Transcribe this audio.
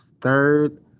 third